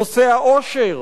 נושא העושר,